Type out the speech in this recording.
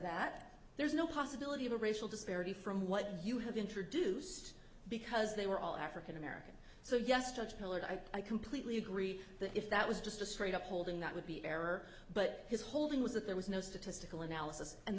that there is no possibility of a racial disparity from what you have introduced because they were all african american so yes judge hillard i completely agree that if that was just a straight up holding that would be error but his holding was that there was no statistical analysis and